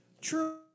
True